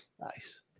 Nice